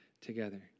together